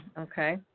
okay